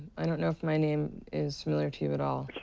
i don't know if my name is familiar to you at all.